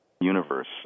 universe